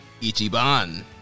Ichiban